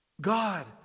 God